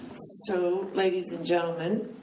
so, ladies and gentlemen,